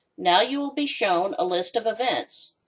now you will be shown a list of events.